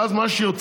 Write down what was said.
ואז מה שיוצא,